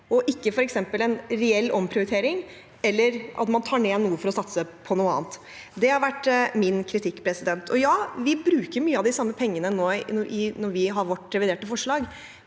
og ikke er f.eks. en reell omprioritering eller at man tar ned noe for å satse på noe annet. Det har vært min kritikk. Ja, vi bruker mye av de samme pengene i vårt reviderte forslag,